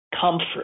comfort